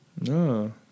No